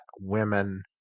women